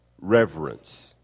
reverence